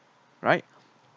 right